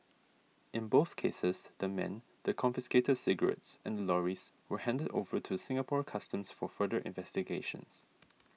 in both cases the men the confiscated cigarettes and the lorries were handed over to Singapore Customs for further investigations